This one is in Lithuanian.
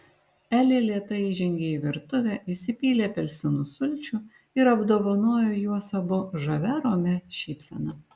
elė lėtai įžengė į virtuvę įsipylė apelsinų sulčių ir apdovanojo juos abu žavia romia šypsena